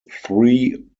three